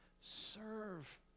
Serve